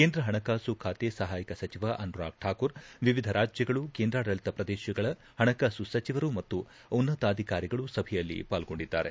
ಕೇಂದ್ರ ಹಣಕಾಸು ಖಾತೆ ಸಹಾಯಕ ಸಚಿವ ಅನುರಾಗ್ ಠಾಕೂರ್ ವಿವಿಧ ರಾಜ್ಯಗಳು ಮತ್ತು ಕೇಂದ್ರಾಡಳಿತ ಪ್ರದೇಶಗಳ ಹಣಕಾಸು ಸಚಿವರು ಮತ್ತು ಉನ್ನತಾಧಿಕಾರಿಗಳು ಸಭೆಯಲ್ಲಿ ಪಾಲ್ಗೊಂಡಿದ್ದಾರೆ